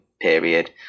period